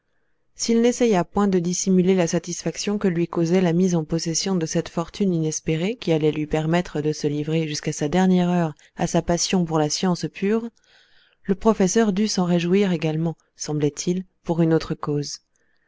s'il n'essaya point de dissimuler la satisfaction que lui causait la mise en possession de cette fortune inespérée qui allait lui permettre de se livrer jusqu'à sa dernière heure à sa passion pour la science pure le professeur dut s'en réjouir également semblait-il pour une autre cause